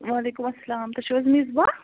وَعلیکُم اَلسَلام تُہۍ چھُو حظ مصباہ